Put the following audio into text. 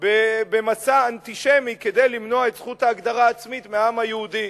במסע אנטישמי כדי למנוע את זכות ההגדרה העצמית מהעם היהודי.